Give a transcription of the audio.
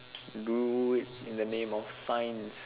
do in the name of science